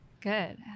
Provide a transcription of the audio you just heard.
Good